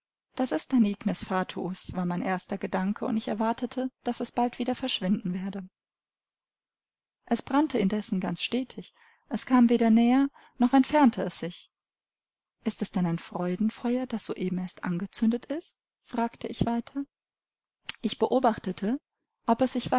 fatuus war mein erster gedanke und ich erwartete daß es bald wieder verschwinden werde es brannte indessen ganz stetig es kam weder näher noch entfernte es sich ist es denn ein freudenfeuer das soeben erst angezündet ist fragte ich weiter ich beobachtete ob es sich